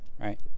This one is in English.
right